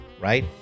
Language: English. Right